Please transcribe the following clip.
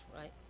right